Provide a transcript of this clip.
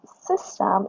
system